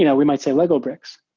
you know we might say, lego bricks,